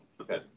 okay